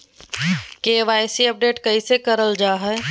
KYC update कैसे करल जाहै?